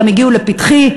וגם הגיעו לפתחי,